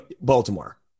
Baltimore